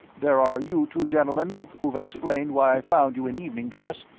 there are you two gentlemen, who have explained why i found you in evening dress,